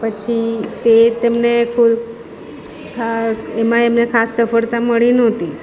પછી તે તેમને કોઈ એમાં એમને ખાસ સફળતા મળી નહોતી